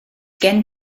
gen